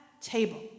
table